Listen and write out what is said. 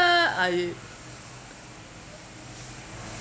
I